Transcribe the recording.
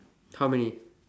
how many